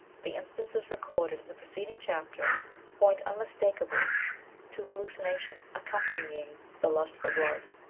the instances recorded in the preceding chapter point unmistakably to hallucina tion accompanying the lust for blood.